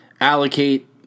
allocate